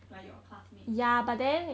like your classmates